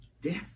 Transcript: death